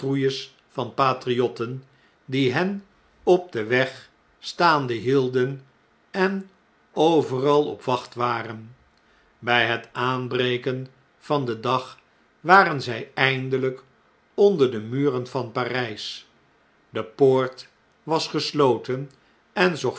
patriotten die hen op den weg staande hielden en overal op wacht waren bij het aanbreken van den dag waren zjj eindeljjk onder de muren van p a r jj s de poort was gesloten en